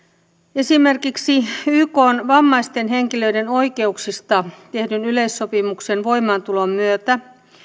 esimerkiksi ykn vammaisten henkilöiden oikeuksista tehdyn yleissopimuksen voimaantulon myötä